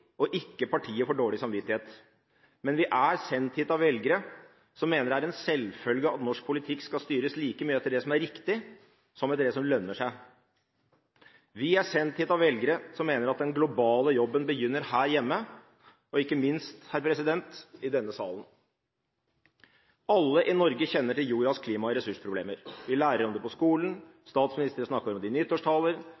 og ikke partiet for dårlig samvittighet. Men vi er sendt hit av velgere som mener det er en selvfølge at norsk politikk skal styres like mye etter det som er riktig, som etter det som lønner seg. Vi er sendt hit av velgere som mener at den globale jobben begynner her hjemme, og ikke minst her i denne salen. Alle i Norge kjenner til jordas klima- og ressursproblemer. Vi lærer om det på skolen.